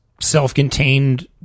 self-contained